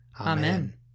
Amen